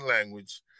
language